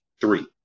three